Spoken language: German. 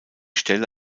stelle